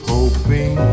Hoping